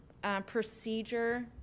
procedure